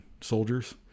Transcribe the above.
soldiers